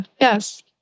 yes